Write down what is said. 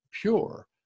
pure